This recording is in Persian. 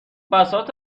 بساط